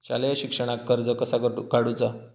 शालेय शिक्षणाक कर्ज कसा काढूचा?